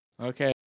okay